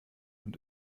und